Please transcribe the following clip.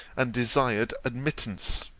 and desired admittance.